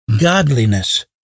godliness